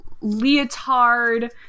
leotard